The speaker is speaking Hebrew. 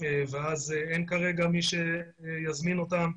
ואז אין כרגע מי שיזמין אותם,